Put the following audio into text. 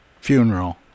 funeral